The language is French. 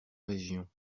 région